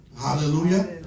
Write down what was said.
Hallelujah